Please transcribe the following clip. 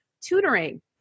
tutoring